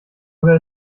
oder